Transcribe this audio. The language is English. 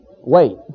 wait